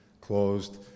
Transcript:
Closed